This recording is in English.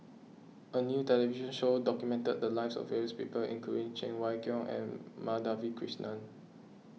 a new television show documented the lives of various people including Cheng Wai Keung and Madhavi Krishnan